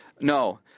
No